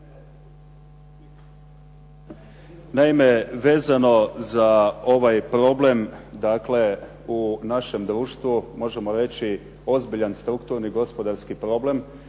Naime, vezano za ovaj problem u našem društvu možemo reći ozbiljan strukturni i gospodarski problem